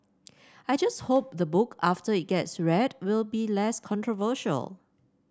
I just hope the book after it gets read will be less controversial